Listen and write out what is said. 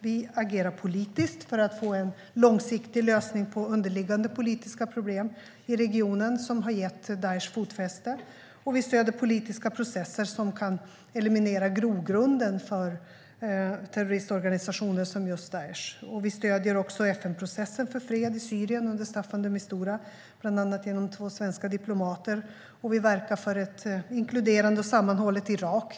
Vi agerar politiskt för att få en långsiktig lösning på underliggande politiska problem i regionen som har gett Daish fotfäste. Vi stöder politiska processer som kan eliminera grogrunden för terroristorganisationer som just Daish. Vi stöder också FN-processen för fred i Syrien under Staffan de Mistura, bland annat genom två svenska diplomater, och vi verkar för ett inkluderande och sammanhållet Irak.